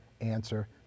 Answer